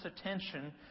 attention